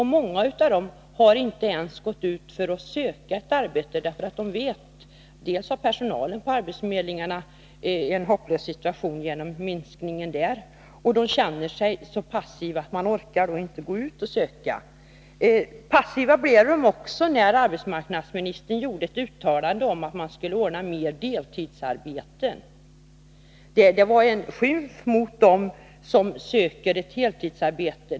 Många av dem har inte ens gått ut och sökt ett arbete. De vet att personalen på arbetsförmedlingarna har en hopplös situation genom minskningen av resurser, och de känner sig så passiviserade att de inte orkar gå ut och söka arbete. Passiviserade blev de också när arbetsmarknadsministern gjorde ett uttalande om att man skulle ordna mer deltidsarbete. Det var en skymf mot dem som söker ett heltidsarbete.